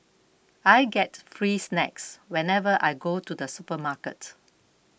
I get free snacks whenever I go to the supermarket